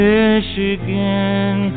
Michigan